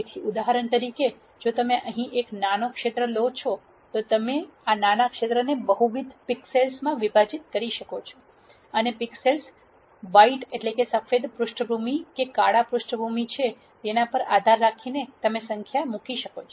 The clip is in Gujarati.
તેથી ઉદાહરણ તરીકે જો તમે અહીં એક નાનો ક્ષેત્ર લો છો તો તમે આ નાના ક્ષેત્રને બહુવિધ પિક્સેલ્સ માં વિભાજીત કરી શકો છો અને પિક્સેલ સફેદ પૃષ્ઠભૂમિ છે કે કાળા પૃષ્ઠભૂમિ છે તેના પર આધાર રાખીને તમે સંખ્યામાં મૂકી શકો છો